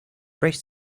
braced